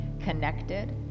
connected